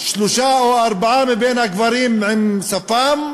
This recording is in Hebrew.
שלושה או ארבעה מבין הגברים עם שפם,